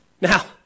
Now